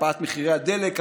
הקפאת מחירי הדלק,